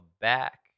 back